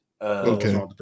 Okay